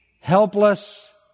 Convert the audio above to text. helpless